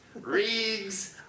Riggs